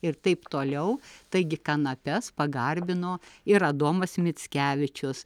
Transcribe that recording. ir taip toliau taigi kanapes pagarbino ir adomas mickevičius